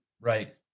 Right